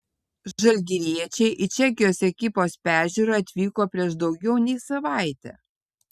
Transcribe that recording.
žalgiriečiai į čekijos ekipos peržiūrą atvyko prieš daugiau nei savaitę